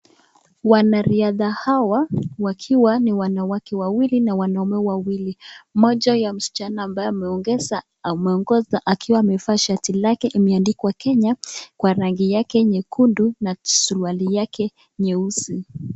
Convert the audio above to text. Wanariadha hawa, wakiwa ni wanawake wawili na wanaume wawili, mmoja ya mschana ambaye ameongesa, ameongosa, aliwa amevaa shati lake imeandikwa Kenya, kwa rangi yake nyekundu, na suruali yake, nyeusi.